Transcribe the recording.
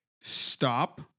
stop